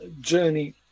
journey